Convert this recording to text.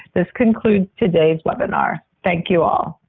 this concludes today's webinar. thank you, all.